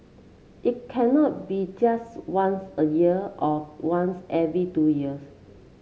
it cannot be just once a year or once every two years